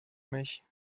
mich